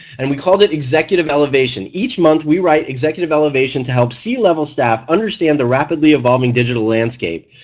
and we called it executive elevation. each month we write executive elevation to help c-level staff understand the rapidly evolving digital landscape.